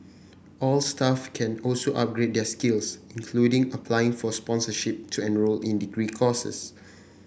all staff can also upgrade their skills including applying for sponsorship to enrol in degree courses